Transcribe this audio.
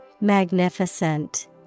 Magnificent